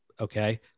Okay